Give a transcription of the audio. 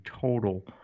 total